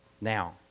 Now